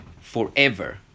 forever